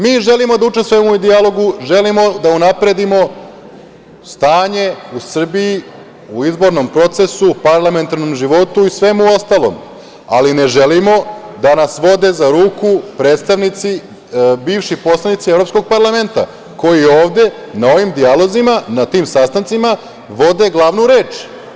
Mi želimo da učestvujemo u dijalogu, želimo da unapredimo stanje u Srbiji u izbornom procesu, parlamentarnom životu i svemu ostalom, ali ne želimo da nas vode za ruku predstavnici, bivši poslanici Evropskog parlamenta koji ovde na ovim dijalozima, na tim sastancima vode glavnu reč.